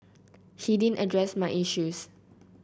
he didn't address my issues